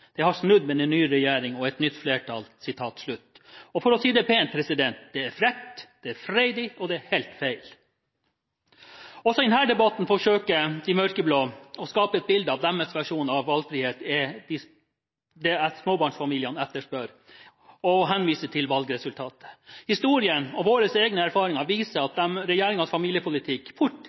Det har snudd med en ny regjering og et nytt flertall». For å si det pent: Det er frekt, det er freidig, og det er helt feil. Også i denne debatten forsøker de mørkeblå å skape et bilde av at deres versjon av valgfrihet er hva småbarnsfamiliene etterspør, og henviser til valgresultatet. Historien og våre egne erfaringer viser at regjeringens familiepolitikk fort